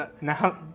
now